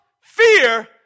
fear